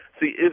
See